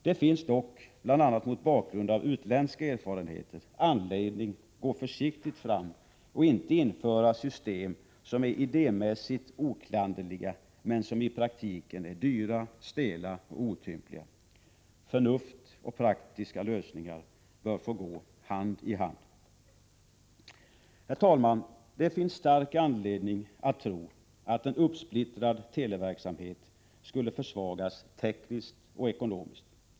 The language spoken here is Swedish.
Det finns dock, bl.a. mot bakgrund av utländska erfarenheter, anledning att gå försiktigt fram och inte införa system som är idémässigt oklanderliga men som i praktiken är dyra, stela och otympliga. Förnuft och praktiska lösningar bör få gå hand i hand. Herr talman! Det finns stark anledning att tro att en uppsplittrad televerksamhet skulle försvagas tekniskt och ekonomiskt.